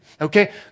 okay